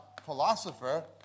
philosopher